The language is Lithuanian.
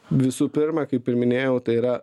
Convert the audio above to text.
visų pirma kaip ir minėjau tai yra